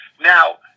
Now